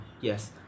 yes